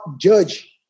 judge